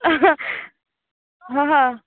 હં હં